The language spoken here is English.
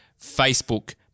Facebook